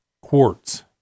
Quartz